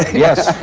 yes.